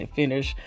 finish